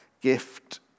gift